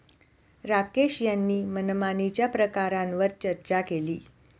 राकेश यांनी मनमानीच्या प्रकारांवर चर्चा केली